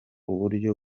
uburyo